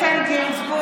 (קוראת בשמות חברי הכנסת)